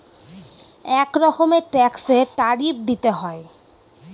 এক রকমের ট্যাক্সে ট্যারিফ দিতে হয়